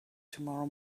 tomorrow